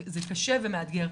זה קשה ומאתגר,